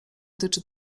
tyczy